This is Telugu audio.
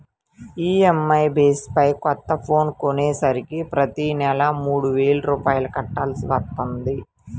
ఈఎంఐ బేస్ పై కొత్త ఫోన్ కొనేసరికి ప్రతి నెలా మూడు వేల రూపాయలు కట్టాల్సి వత్తంది